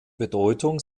bedeutung